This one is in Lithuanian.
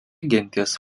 genties